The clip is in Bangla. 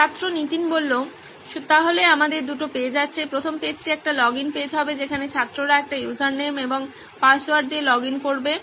ছাত্র নীতিন সুতরাং আমাদের দুটি পেজ আছে প্রথম পেজটি একটি লগইন পেজ হবে যেখানে ছাত্ররা একটি ইউজারনাম এবং পাসওয়ার্ড দিয়ে লগইন করবে